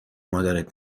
مادرت